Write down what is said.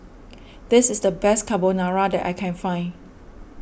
this is the best Carbonara that I can find